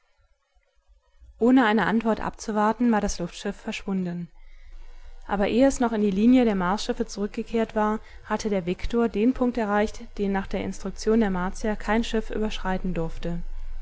ohne eine antwort abzuwarten war das luftschiff verschwunden aber ehe es noch in die linie der marsschiffe zurückgekehrt war hatte der viktor den punkt erreicht den nach der instruktion der martier kein schiff überschreiten durfte